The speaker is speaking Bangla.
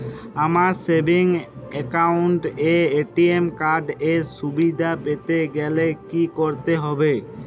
আমার সেভিংস একাউন্ট এ এ.টি.এম কার্ড এর সুবিধা পেতে গেলে কি করতে হবে?